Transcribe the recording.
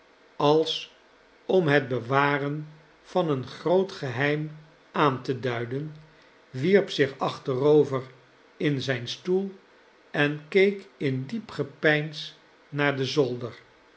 als om het bewaren van een groot geheim aan te duiden wierp zich achterover in zijn stoel en keek in diep gepeins naar den zolder